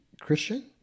Christian